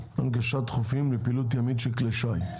הנגשת חופים לפעילות ימית של כלי שיט.